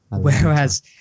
whereas